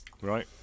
Right